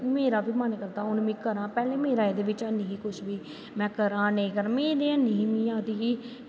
मेरा बी हून मन करदे में करां पैह्लें मेरे कुश नी हा एह्दे च में करां में नेंई करां में आखदी ही